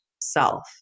self